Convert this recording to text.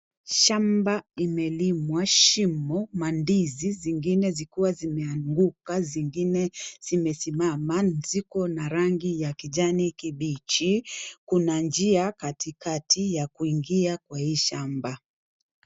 Shamba imelimwa shimo. Mandizi zingine zikiwa zimeanguka, zingine zimesimama. Ziko na rangi ya kijani kibichi. Kuna njia katikati ya kuingia kwa hii shamba.